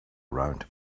around